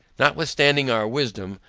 notwithstanding our wisdom,